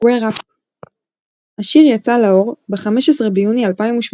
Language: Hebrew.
Square Up. השיר יצא לאור ב-15 ביוני 2018,